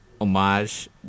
homage